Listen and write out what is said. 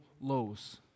lows